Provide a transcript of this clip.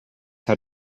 had